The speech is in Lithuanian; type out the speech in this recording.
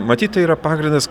matyt tai yra pagrindas